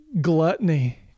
gluttony